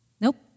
nope